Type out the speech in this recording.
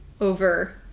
over